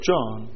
John